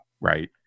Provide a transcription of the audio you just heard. right